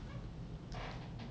ya right